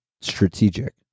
strategic